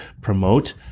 promote